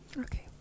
Okay